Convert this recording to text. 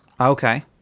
Okay